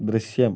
ദൃശ്യം